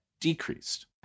decreased